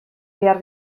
behar